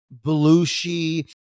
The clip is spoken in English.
Belushi